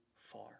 far